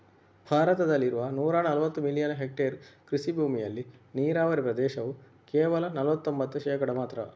ಭಾರತದಲ್ಲಿ ಇರುವ ನೂರಾ ನಲವತ್ತು ಮಿಲಿಯನ್ ಹೆಕ್ಟೇರ್ ಕೃಷಿ ಭೂಮಿಯಲ್ಲಿ ನೀರಾವರಿ ಪ್ರದೇಶವು ಕೇವಲ ನಲವತ್ತೊಂಭತ್ತು ಶೇಕಡಾ ಮಾತ್ರ